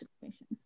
situation